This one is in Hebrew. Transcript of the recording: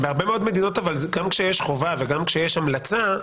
בהרבה מאוד מדינות גם כשיש חובה וגם כשיש המלצה,